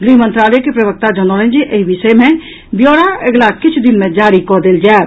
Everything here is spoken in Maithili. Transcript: गृह मंत्रालय के प्रवक्ता जनौलनि जे एहि विषय मे ब्यौरा अगिला किछु दिन मे जारी कऽ देल जायत